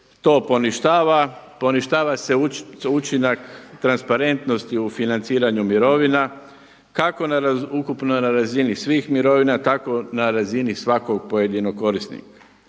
Poništava se učinak transparentnosti u financiranju mirovina kako ukupno na razini svih mirovina tako na razini svakog pojedinog korisnika.